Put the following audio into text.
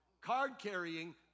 card-carrying